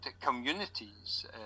communities